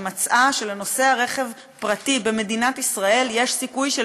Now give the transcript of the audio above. שמצאה שלנוסע רכב פרטי במדינת ישראל יש סיכוי של